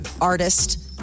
artist